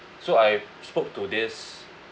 so I spoke to this